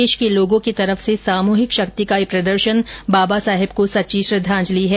देश के लोगों की तरफ से सामूहिक शक्ति का ये प्रदर्शन बाबा साहेब को सच्ची श्रद्वाजंलि है